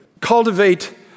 cultivate